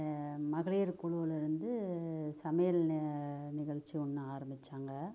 மகளிர் குழுவில் இருந்து சமையல் நிகழ்ச்சி ஒன்று ஆரமித்தாங்க